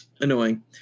annoying